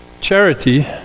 Charity